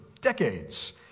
decades